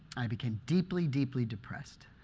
i became deeply, deeply depressed.